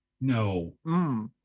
No